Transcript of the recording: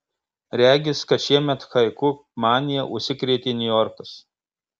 regis kad šiemet haiku manija užsikrėtė niujorkas